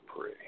pray